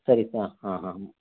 ಸರಿ ಸರ್ ಹಾಂ ಹಾಂ